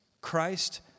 Christ